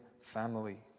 family